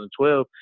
2012